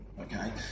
okay